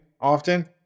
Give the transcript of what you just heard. often